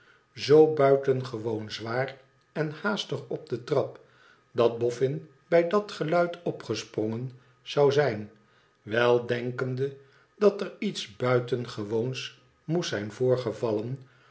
zoo buitengewoon zwaar en haastig op de trap dat boffin bij dat geluid opgesprongen zou zijn weldenkende dat er iets buitengewoons moest zijn voorgevallen